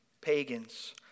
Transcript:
pagans